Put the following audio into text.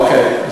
אוקיי.